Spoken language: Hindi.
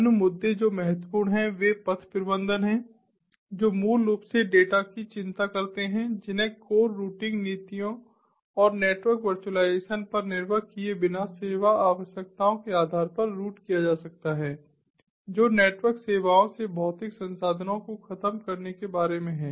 अन्य मुद्दे जो महत्वपूर्ण हैं वे पथ प्रबंधन हैं जो मूल रूप से डेटा की चिंता करते हैं जिन्हें कोर रूटिंग नीतियों और नेटवर्क वर्चुअलाइजेशन पर निर्भर किए बिना सेवा आवश्यकताओं के आधार पर रूट किया जा सकता है जो नेटवर्क सेवाओं से भौतिक संसाधनों को खत्म करने के बारे में है